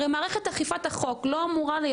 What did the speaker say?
הרי מערכת אכיפת החוק לא אמורה להיות